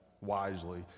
wisely